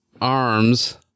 arms